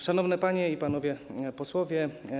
Szanowne Panie i Panowie Posłowie!